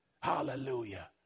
Hallelujah